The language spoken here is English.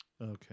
Okay